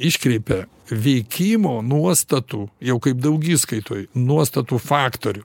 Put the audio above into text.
iškreipia veikimo nuostatų jau kaip daugiskaitoj nuostatų faktorių